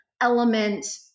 element